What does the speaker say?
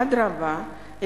אדרבה,